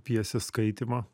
pjesės skaitymo